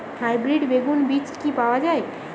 Hybrid বেগুন বীজ কি পাওয়া য়ায়?